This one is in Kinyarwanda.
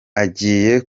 agiye